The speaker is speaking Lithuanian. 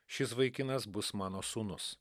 šis vaikinas bus mano sūnus